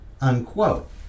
Unquote